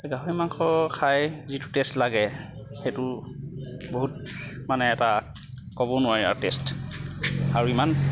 গাহৰি মাংস খায় যিটো টেষ্ট লাগে সেইটো বহুত মানে এটা ক'ব নোৱাৰি আৰু টেষ্ট আৰু ইমান সুন্দৰ এটা